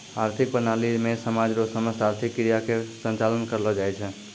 आर्थिक प्रणाली मे समाज रो समस्त आर्थिक क्रिया के संचालन करलो जाय छै